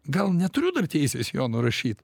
gal neturiu teisės jo nurašyt